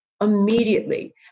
immediately